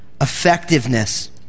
effectiveness